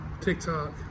TikTok